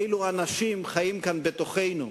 ואילו אנשים חיים כאן בתוכנו.